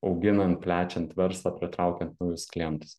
auginant plečiant verslą pritraukiant naujus klientus